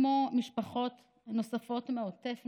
כמו משפחות נוספות מהעוטף,